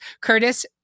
Curtis